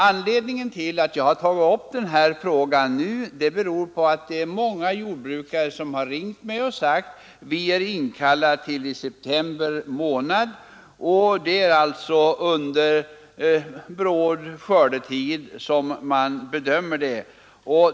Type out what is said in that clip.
Anledningen till att jag nu under vårriksdagen har tagit upp den här frågan är att många jordbrukare ringt upp mig och sagt, att de blivit inkallade under september månad, dvs. under en bråd skördetid för dem.